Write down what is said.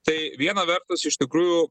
tai viena vertus iš tikrųjų